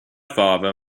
father